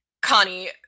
connie